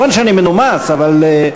נכון שאני מנומס, אבל,